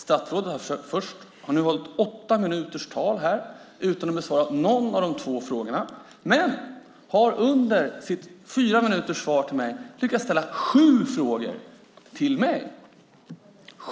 Statsrådet har nu hållit tal i åtta minuter här utan att besvara någon av de två frågorna men har under sitt fyraminuterssvar till mig lyckats ställa sju frågor till mig.